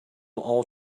all